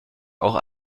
auch